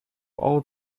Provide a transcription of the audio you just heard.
old